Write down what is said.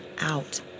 out